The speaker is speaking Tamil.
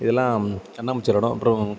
இதெல்லாம் கண்ணாமூச்சி விளாடுவோம் அப்புறம்